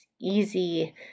easy